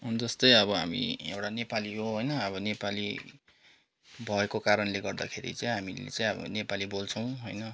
जस्तै अब हामी एउटा नेपाली हो होइन अब नेपाली भएको कारणले गर्दाखेरि चाहिँ हामीले चाहिँ अब नेपाली बोल्छौँ होइन